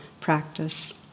practice